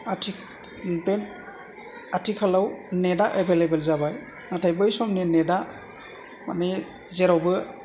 आथिखालाव नेट आ एभेललेबेल जाबाय नाथाय बै समनि नेट आ मानि जेरावबो